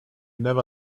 never